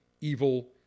evil